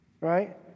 right